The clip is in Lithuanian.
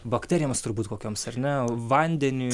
bakterijoms turbūt kokioms ar ne vandeniui